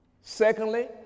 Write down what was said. Secondly